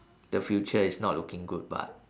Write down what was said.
the future is not looking good but